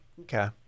okay